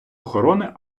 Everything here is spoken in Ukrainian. охорони